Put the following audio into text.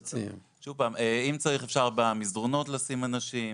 שוב, אם צריך אפשר במסדרונות לשים אנשים.